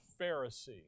Pharisee